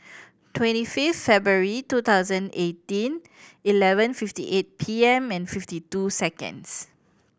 twenty fifth February two thousand eighteen eleven fifty eight P M and fifty two seconds